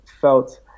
felt